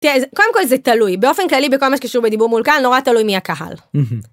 קודם כל זה תלוי באופן כללי בכל מה שקשור לדיבור מול קהל נורא תלוי מי הקהל.